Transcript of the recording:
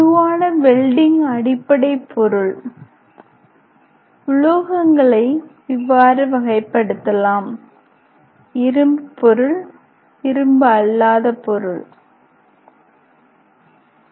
பொதுவான வெல்டிங் அடிப்படை பொருள் உலோகங்களை இவ்வாறு வகைப்படுத்தலாம் இரும்பு பொருள் இரும்பு அல்லாத பொருள் 1